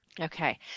Okay